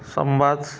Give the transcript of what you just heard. ସମ୍ବାଦ